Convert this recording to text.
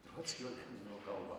trockio lenino kalba